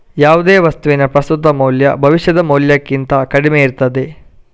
ಯಾವುದೇ ವಸ್ತುವಿನ ಪ್ರಸ್ತುತ ಮೌಲ್ಯ ಭವಿಷ್ಯದ ಮೌಲ್ಯಕ್ಕಿಂತ ಕಡಿಮೆ ಇರ್ತದೆ